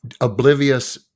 oblivious